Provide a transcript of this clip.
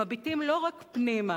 הם מביטים לא רק פנימה,